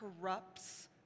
corrupts